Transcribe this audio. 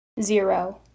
Zero